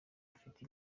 afite